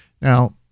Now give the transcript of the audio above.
now